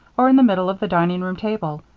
or in the middle of the dining-room table,